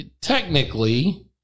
technically